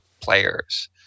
players